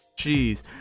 jeez